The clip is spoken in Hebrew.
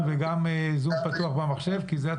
זה היה